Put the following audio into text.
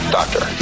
doctor